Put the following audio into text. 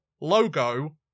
logo